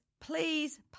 please